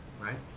right